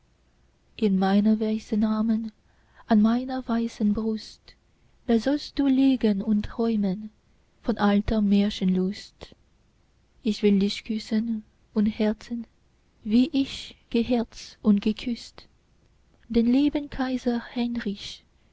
in meinen weißen armen an meiner weißen brust da sollst du liegen und träumen von alter märchenlust ich will dich küssen und herzen wie ich geherzt und geküßt den lieben kaiser heinrich